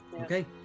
Okay